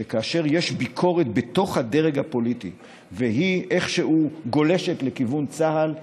שכאשר יש ביקורת בתוך הדרג הפוליטי והיא איכשהו גולשת לכיוון צה"ל,